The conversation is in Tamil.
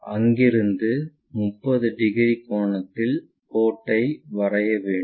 அங்கிருந்து 30 டிகிரி கோணத்தில் கோட்டை வரைய வேண்டும்